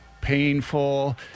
painful